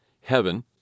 Heaven